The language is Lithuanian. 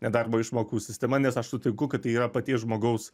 nedarbo išmokų sistema nes aš sutinku kad tai yra paties žmogaus